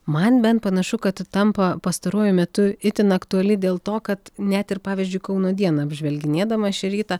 man bent panašu kad tampa pastaruoju metu itin aktuali dėl to kad net ir pavyzdžiui kauno dieną apžvelginėdama šį rytą